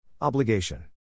Obligation